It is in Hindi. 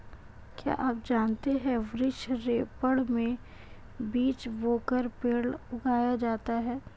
क्या आप जानते है वृक्ष रोपड़ में बीज बोकर पेड़ उगाया जाता है